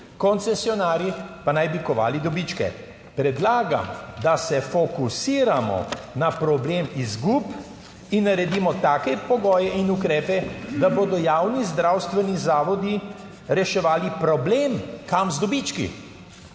koncesionarji pa naj bi kovali dobičke. Predlagam, da se fokusiramo na problem izgub in naredimo take pogoje in ukrepe, da bodo javni zdravstveni zavodi reševali problem, kam z dobički.